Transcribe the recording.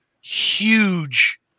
huge